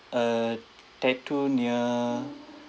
a tattoo near